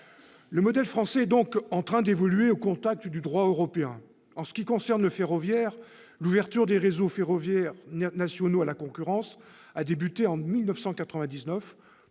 Le modèle français est donc en train d'évoluer au contact du droit européen. En ce qui concerne le ferroviaire, l'ouverture des réseaux ferroviaires nationaux à la concurrence a débuté en 1999,